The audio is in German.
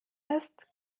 ist